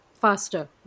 faster